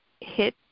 hit